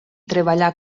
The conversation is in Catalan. treballà